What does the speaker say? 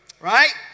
Right